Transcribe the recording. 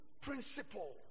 principle